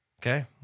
okay